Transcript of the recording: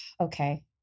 okay